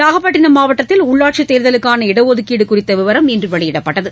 நாகப்பட்டினம் மாவட்டத்தில் உள்ளாட்சி தேர்தலுக்கான இடஒதுக்கீடு குறித்த விவரம் இன்று வெளியிடப்பட்டது